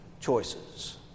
choices